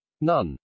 None